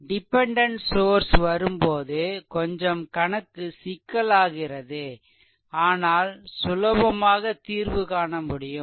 dependent source வரும்போது கொஞ்சம் கணக்கு சிக்கலாகிறது ஆனால் சுலபமாக தீர்வு காணமுடியும்